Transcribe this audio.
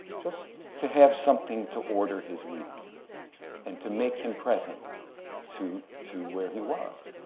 just to have something to order his week and to make him present to to where he was.